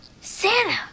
Santa